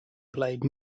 played